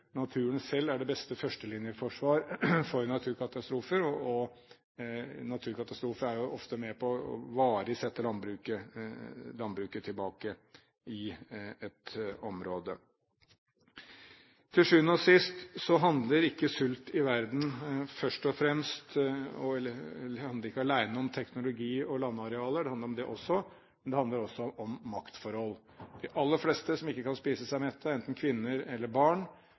Naturen selv er det beste førstelinjeforsvar for naturkatastrofer, og naturkatastrofer er jo ofte med på – varig – å sette landbruket tilbake i et område. Til syvende og sist handler ikke sult i verden om teknologi og landarealer alene – det handler om det også – men det handler også om maktforhold. De aller fleste som ikke kan spise seg mette, er enten kvinner eller barn,